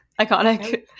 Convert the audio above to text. Iconic